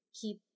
keep